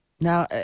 Now